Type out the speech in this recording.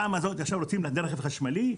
עכשיו רוצים לגבי רכב חשמלי,